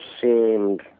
seemed